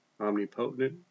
omnipotent